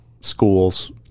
schools